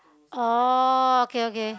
oh okay okay